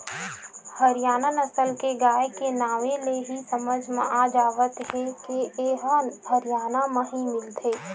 हरियाना नसल के गाय के नांवे ले ही समझ म आ जावत हे के ए ह हरयाना म ही मिलथे